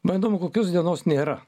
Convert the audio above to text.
man įdomu kokios dienos nėra